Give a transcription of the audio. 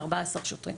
14 שוטרים.